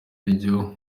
iryo